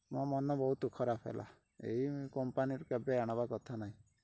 ମୋ ମନ ବହୁତ ଖରାପ ହେଲା ଏଇ କମ୍ପାନୀର କେବେ ଆଣିବା କଥା ନାହିଁ